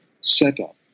setup